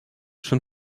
schon